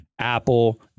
Apple